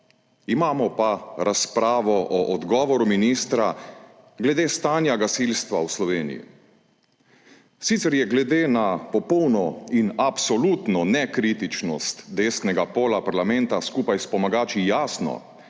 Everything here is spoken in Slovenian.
imamo pa razpravo o odgovoru ministra glede stanja gasilstva v Sloveniji. Sicer je glede na popolno in absolutno nekritičnost desnega pola parlamenta skupaj s pomagači jasno,